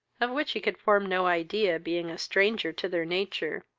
of which he could form no idea, being a stranger to their nature,